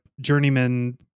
journeyman